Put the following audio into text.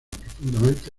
profundamente